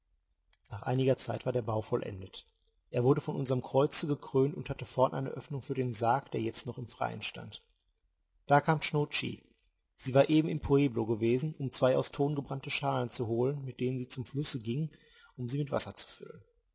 nach einiger zeit war der bau vollendet er wurde von unserm kreuze gekrönt und hatte vorn eine oeffnung für den sarg der jetzt noch im freien stand da kam nscho tschi sie war eben im pueblo gewesen um zwei aus ton gebrannte schalen zu holen mit denen sie zum flusse ging um sie mit wasser zu füllen